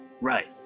right